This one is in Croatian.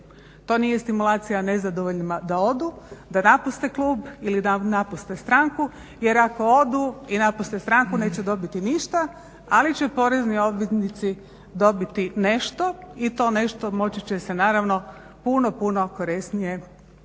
to nije stimulacija nezadovoljnima da odu, da napuste klub ili da napuste stranku jer ako odu i napuste stranku neće dobiti ništa ali će porezni obveznici dobiti nešto i to nešto moći će se naravno puno, puno korisnije upotrijebiti.